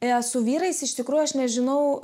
su vyrais iš tikrųjų aš nežinau